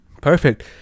Perfect